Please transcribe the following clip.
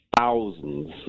thousands